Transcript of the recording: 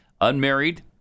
unmarried